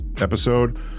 episode